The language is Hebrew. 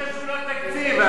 מה הקשר לתקציב,